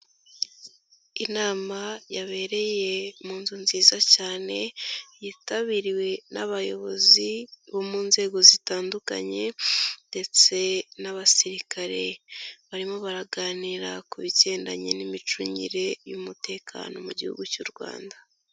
Inama yabereye mu nzu nziza cyane yitabiriwe n'abayobozi bo mu nzego zitandukanye ndetse n'abasirikare, barimo baraganira ku bigendanye n'imicungire y'umutekano mu gihugu cy'u Rwanda.